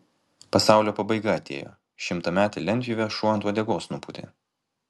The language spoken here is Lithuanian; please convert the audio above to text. pasaulio pabaiga atėjo šimtametę lentpjūvę šuo ant uodegos nupūtė